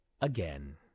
again